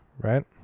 right